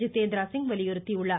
ஜிதேந்திரசிங் வலியுறுத்தியுள்ளார்